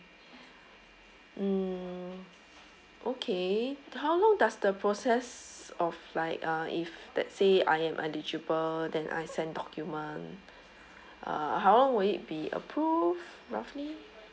mm okay how long does the process of like uh if let's say I am eligible then I send document uh how long will it be approved roughly